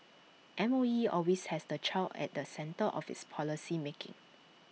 M O E always has the child at the centre of its policy making